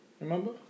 remember